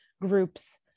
groups